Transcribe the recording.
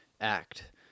act